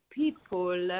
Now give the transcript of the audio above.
people